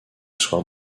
soir